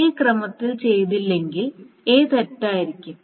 ഇത് ക്രമത്തിൽ ചെയ്തില്ലെങ്കിൽ A തെറ്റായിരിക്കും